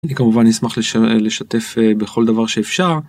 אני כמובן אשמח לשתף בכל דבר שאפשר.